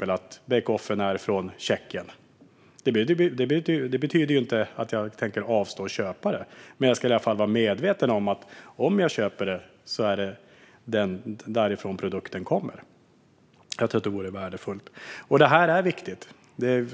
finns där kommer från Tjeckien. Jag tror inte att det skulle vara särskilt ansträngande eller kostsamt. Det betyder inte att jag tänker avstå från att köpa den. Men jag vill i alla fall vara medveten om var produkten kommer från, ifall jag köper den. Det vore värdefullt. Det här är viktigt.